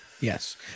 Yes